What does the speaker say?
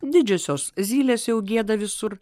didžiosios zylės jau gieda visur